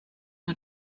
nur